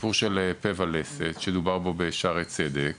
הסיפור של פה ולסת שדובר עליו בשערי צדק